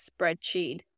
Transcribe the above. spreadsheet